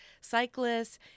cyclists